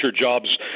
jobs